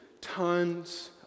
tons